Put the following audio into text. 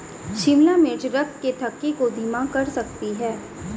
शिमला मिर्च रक्त के थक्के को धीमा कर सकती है